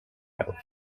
health